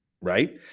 right